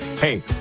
Hey